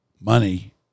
money